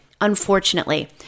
unfortunately